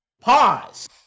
pause